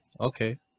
Okay